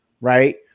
right